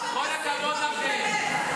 כל הכבוד לכם.